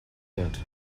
that